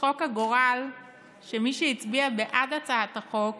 צחוק הגורל הוא שמי שהצביע בעד הצעת החוק